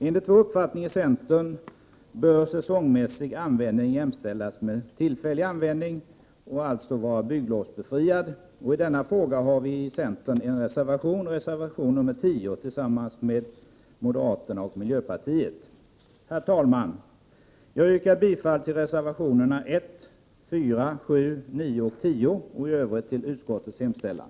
Enligt vår uppfattning i centern bör säsongsmässig användning jämställas med tillfällig användning och alltså vara bygglovsbefriad. I denna fråga har vi i centern en reservation, reservation nr 10, tillsammans med moderaterna och miljöpartiet. Herr talman! Jag yrkar bifall till reservationerna 1, 4, 7, 9 och 10 och i Övrigt till utskottets hemställan.